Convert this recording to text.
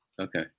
Okay